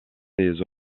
ses